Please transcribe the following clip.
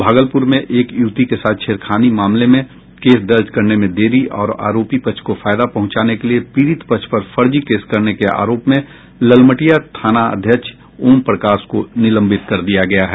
भागलपुर में एक युवती के साथ छेड़खानी मामले में केस दर्ज करने में देरी और आरोपी पक्ष को फायदा पहुंचाने के लिये पीड़ित पक्ष पर फर्जी केस करने के आरोप में ललमटिया थानाध्यक्ष ओम प्रकाश को निलंबित कर दिया गया है